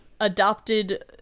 adopted